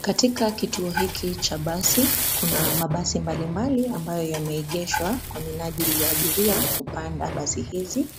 Katika kituo hiki cha basi kuna mabasi mbalimbali ambayo yameegeshwa kwa minajili ya abiria kupanda basi hizi,